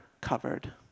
covered